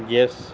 ਜਿਸ